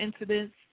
incidents